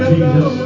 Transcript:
Jesus